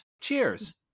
Cheers